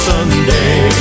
Sunday